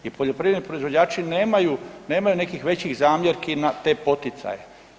I poljoprivredni proizvođači nemaju, nemaju nekih većih zamjerki na te poticaje.